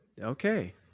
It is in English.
Okay